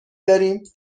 داریم